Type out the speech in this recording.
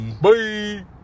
Bye